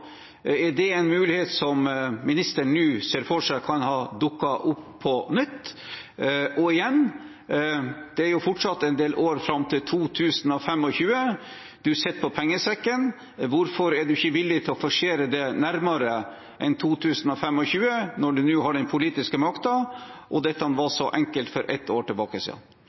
Er det en mulighet ministeren nå ser for seg kan ha dukket opp på nytt? Og igjen: Det er fortsatt en del år fram til 2025, og statsråden sitter på pengesekken: Hvorfor er ikke statsråden villig til å forsere det nærmere enn 2025, når han nå har den politiske makten og dette var så enkelt for ett år